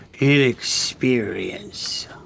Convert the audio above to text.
inexperience